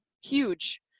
huge